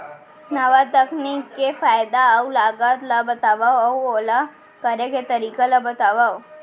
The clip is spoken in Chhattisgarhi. नवा तकनीक के फायदा अऊ लागत ला बतावव अऊ ओला करे के तरीका ला बतावव?